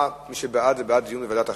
מי שבעד, הוא בעד דיון בוועדת החינוך.